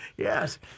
Yes